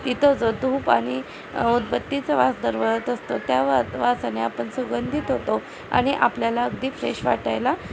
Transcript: तिथं जो धूप आणि उदबत्तीचा वास दरवळत असतो त्या वा वासाने आपण सुगंधित होतो आणि आपल्याला अगदी फ्रेश वाटायला